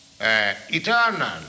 eternal